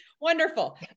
Wonderful